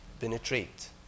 penetrate